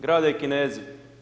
Grade Kinezi.